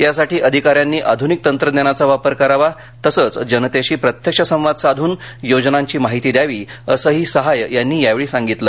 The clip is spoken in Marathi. यासाठी अधिका यांनी आध्निक तंत्रज्ञानाचा वापर करावा तसंच जनतेशी प्रत्यक्ष संवाद साध्न योजनांची माहिती दयावी असंही सहाय यांनी यावेळी सांगितलं